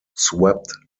swept